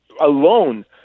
alone